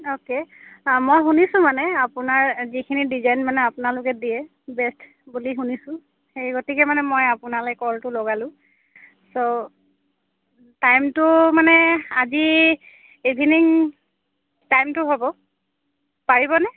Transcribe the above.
okay মই শুনিছোঁ মানে আপোনৰ যিখিনি ডিজাইন মানে আপোনালোকে দিয়ে বেষ্ট বুলি শুনিছোঁ সেই গতিকে মানে মই আপোনালৈ ক'লটো লগালোঁ চ' টাইমটো মানে আজি ইভিনিং টাইমটো হ'ব পাৰিবনে